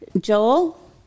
Joel